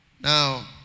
Now